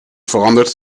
veranderd